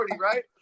right